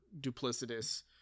duplicitous